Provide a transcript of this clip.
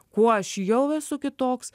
kuo aš jau esu kitoks